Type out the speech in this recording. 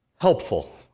helpful